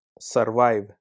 survive